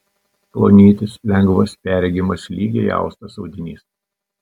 plonytis lengvas perregimas lygiai austas audinys